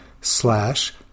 slash